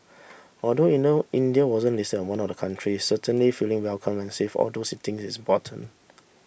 although India wasn't list as one of the countries certainly feeling welcome and safe all those things is important